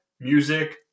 music